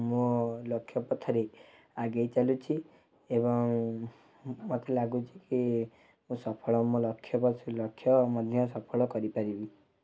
ମୋ ଲକ୍ଷ ପଥରେ ଆଗେଇ ଚାଲୁଛି ଏବଂ ମୋତେ ଲାଗୁଛି କି ମୁଁ ସଫଳ ମୋ ଲକ୍ଷ କରୁଥିଲି ଲକ୍ଷ ମଧ୍ୟ ସଫଳ କରିପାରିବି